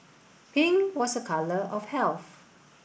pink was a colour of health